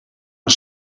een